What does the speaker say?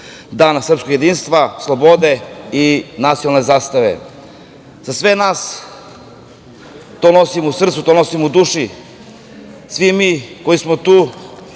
Dan srpskog jedinstva, slobode i nacionalne zastave.Za sve nas, to nosimo u srcu, to nosimo u duši, svi mi koji smo tu,